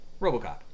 RoboCop